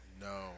no